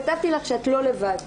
כתבתי לך שאת לא לבד,